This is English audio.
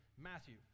Matthew